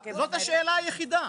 זאת השאלה היחידה,